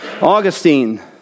Augustine